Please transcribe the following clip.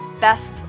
best